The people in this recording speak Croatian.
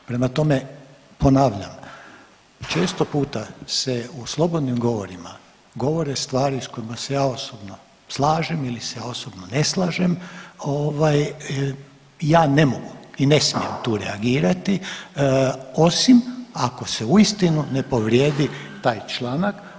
Prema tome, ponavljam, često puta se u slobodnim govorima govore stvari s kojima se ja osobno slažem ili se ja osobno ne slažem, ja ne mogu i ne smijem tu reagirati osim ako se uistinu ne povrijedi taj članak.